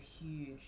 huge